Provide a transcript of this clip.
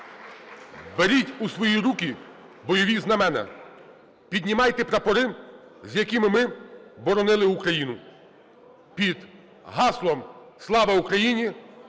Беріть у свої руки бойові знамена, піднімайте прапори, з якими ми боронили Україну, під гаслом "Слава Україні!"